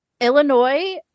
Illinois